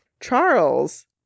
Charles